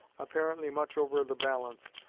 apparently much over the balance,